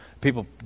people